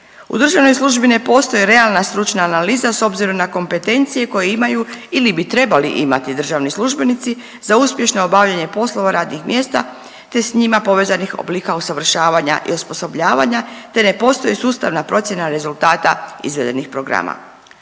U državnoj službi ne postoje realna stručna analiza s obzirom na kompetencije koje imaju ili bi trebali imati državni službenici za uspješno obavljanje poslova radnih mjesta te s njima povezanih oblika usavršavanja i osposobljavanja te ne postoji sustavna procjena rezultata izvedenih programa.